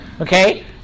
Okay